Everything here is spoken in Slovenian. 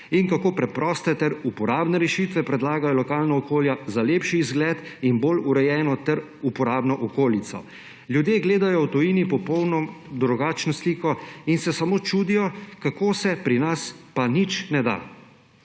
in kako preproste ter uporabne rešitve predlagajo lokalna okolja za lepši izgled in bolj urejeno ter uporabno okolico. Ljudje gledajo v tujini popolno drugačno sliko in se samo čudijo, kako se pri nas pa nič ne da.